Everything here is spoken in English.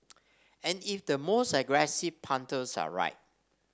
and if the most aggressive punters are right